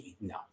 No